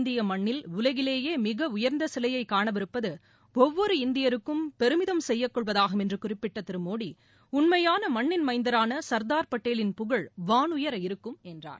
இந்திய மண்ணில் உலகிலேயே மிக உயர்ந்த சிலையை காணவிருப்பது ஒவ்வொரு இந்தியருக்கும் பெருமிதம் செய்யக்கொள்வதாகும் என்று குறிப்பிட்ட திரு மோடி உண்மையான மண்ணின் மைந்தரான சா்தாா் படேலின் புகழ் வானுயர இருக்கும் என்றார்